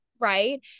Right